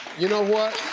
you know what?